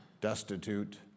destitute